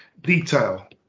detail